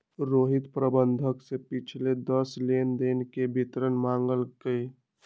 रोहित प्रबंधक से पिछले दस लेनदेन के विवरण मांगल कई